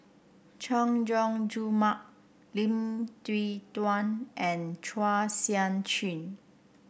Chay Jung Jun Mark Lim Yew Kuan and Chua Sian Chin